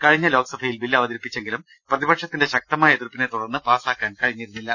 കഴിഞ്ഞ ലോക്സഭയിൽ ബില്ല് അവതരിപ്പി ച്ചെങ്കിലും പ്രതിപക്ഷത്തിന്റെ ശക്തമായ എതിർപ്പിനെ തുടർന്ന് പാസ്സാക്കാൻ കഴിഞ്ഞിരുന്നില്ല